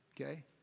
Okay